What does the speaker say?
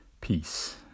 peace